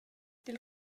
dil